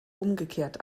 umgekehrt